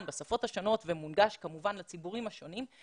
בשפות השונות וכמובן יהיה מונגש לציבורים השונים,